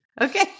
Okay